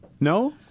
No